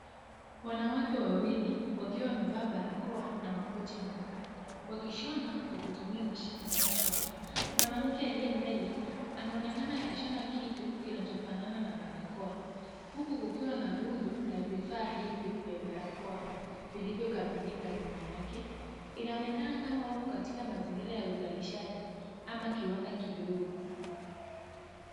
Wanawake wawili wakiwa wamevaa barakoa na makoti meupe, wakishona kwa kutumia mashine za kushona, mwanamke aliye mbele anaonekana akishona kitu kinachofanana na barakoa, huku kukiwa na rundo la vifaa hivyo vya barakoa vilivyokamilika nyuma yake. Inaonekana kama wako katika mazingiza ya uzalishaji ama kiwanda kidogo.